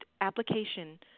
application